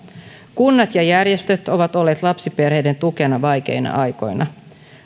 kunnat ja järjestöt ovat olleet lapsiperheiden tukena vaikeina aikoina